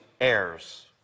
Heirs